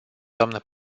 dnă